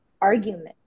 argument